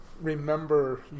remember